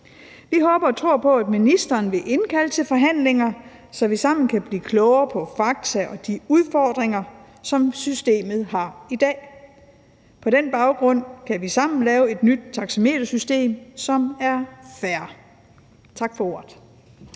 Vi håber og tror på, at ministeren vil indkalde til forhandlinger, så vi sammen kan blive klogere på fakta og de udfordringer, som systemet har i dag. På den baggrund kan vi sammen lave et nyt taxametersystem, som er fair. Tak for ordet.